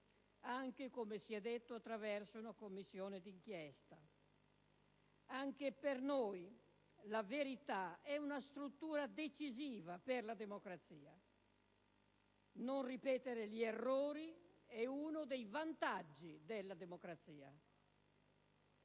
noi, come si è detto, anche attraverso la Commissione d'inchiesta. Anche per noi la verità è una struttura decisiva per la democrazia. Non ripetere gli errori è uno dei vantaggi della democrazia.